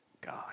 God